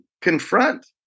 confront